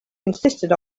insisted